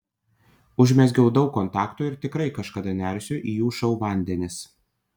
užmezgiau daug kontaktų ir tikrai kažkada nersiu į jų šou vandenis